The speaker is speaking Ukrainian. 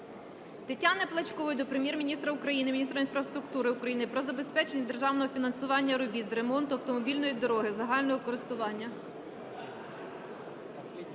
Тетяни Плачкової до Прем'єр-міністра України, міністра інфраструктури України про забезпечення державного фінансування робіт з ремонту автомобільної дороги загального користування